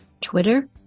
Twitter